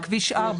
כביש 4,